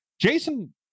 Jason